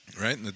right